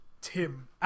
Tim